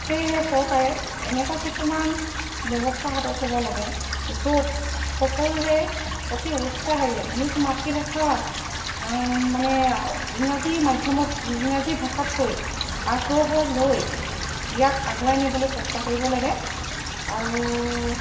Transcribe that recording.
সেয়েহে চৰকাৰে এনেকুৱা কিছুমান ব্যৱস্থা হাতত ল'ব লাগে য'ত সকলোৱে অতি উৎসাহেৰে নিজ মাতৃভাষাৰ মানে ইংৰাজী মাধ্যমত ইংৰাজী ভাষাতকৈ আগ্ৰহ লৈ ইয়াক আগুৱাই নিবলৈ চেষ্টা কৰিব লাগে আৰু